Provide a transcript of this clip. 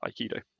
Aikido